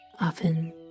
Often